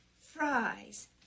fries